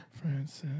Francis